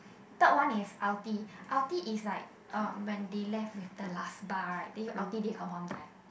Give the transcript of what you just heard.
third one is ulti ulti is like uh when they left with the last bar right then you ulti they confirm die